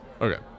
Okay